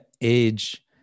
age